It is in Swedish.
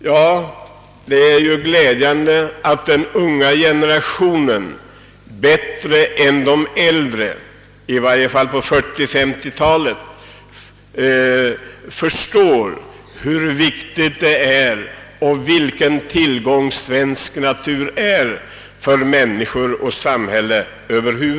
Det är glädjande att den unga generationen bättre än den äldre förstår vilken tillgång svensk natur är för både människor och samhälle.